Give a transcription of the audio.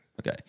Okay